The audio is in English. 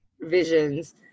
visions